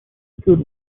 good